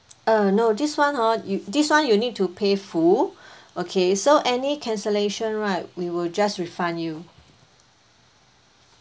uh no this [one] hor you this [one] you need to pay full okay so any cancellation right we will just refund you